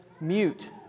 mute